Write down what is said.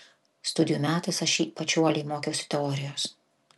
studijų metais aš ypač uoliai mokiausi teorijos